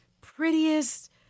prettiest